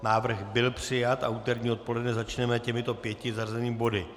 Návrh byl přijat a úterní odpoledne začneme těmito pěti zařazenými body.